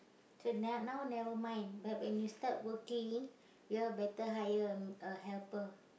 so n~ now never mind but when you start working you all better hire m~ a helper